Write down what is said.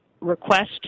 request